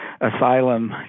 asylum